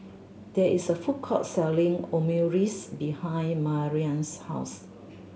there is a food court selling Omurice behind Marilynn's house